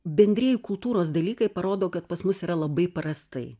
bendrieji kultūros dalykai parodo kad pas mus yra labai prastai